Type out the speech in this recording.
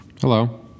hello